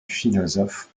philosophe